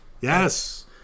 Yes